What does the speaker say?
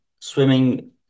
swimming